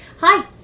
Hi